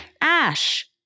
Ash